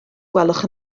gwelwch